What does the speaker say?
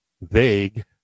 vague